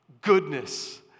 goodness